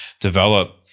develop